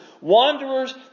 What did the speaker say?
wanderers